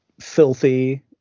filthy